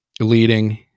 leading